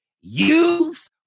use